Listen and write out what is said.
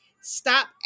Stop